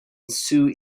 sioux